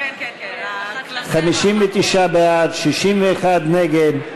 59 בעד, 61 נגד.